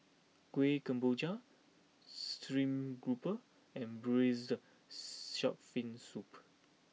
Kueh Kemboja Stream Grouper and Braised Shark Fin Soup